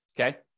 Okay